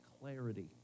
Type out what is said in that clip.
clarity